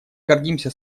гордимся